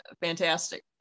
fantastic